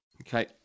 Okay